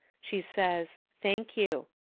she says, thank you.